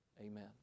Amen